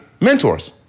mentors